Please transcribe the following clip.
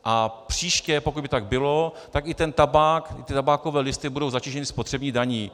A příště, pokud by to tak bylo, tak i ten tabák, ty tabákové listy budou zatíženy spotřební daní.